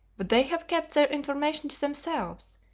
but they have kept their information to themselves,